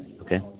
Okay